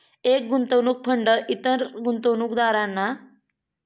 एक गुंतवणूक फंड इतर गुंतवणूकदारां सोबत पैशाची गुंतवणूक करण्याची एक पद्धत आहे